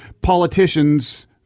politicians –